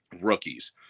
rookies